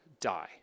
die